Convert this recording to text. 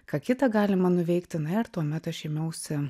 ką kita galima nuveikti ir tuomet aš ėmiausi